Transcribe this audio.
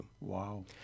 Wow